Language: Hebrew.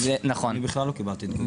בכלל לא קיבלתי תגובה.